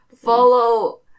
Follow